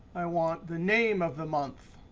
i want the name of the month.